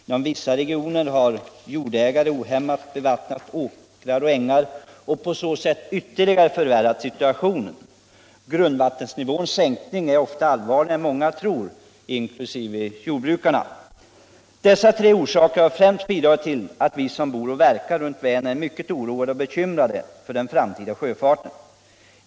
Inom vissa regioner har jordägare ohämmat bevattnat åkrar och ängar och på så sätt ytterligare förvärrat situationen. Grundvattennivåns sänkning är ofta allvarligare än många tror, inkl. jordbrukarna. Dessa tre orsaker har främst bidragit till att vi som bor och verkar runt Vänern är mycket oroade och bekymrade för den framtida sjöfarten.